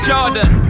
Jordan